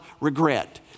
regret